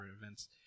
events